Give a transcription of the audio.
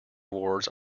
awards